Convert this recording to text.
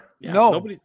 No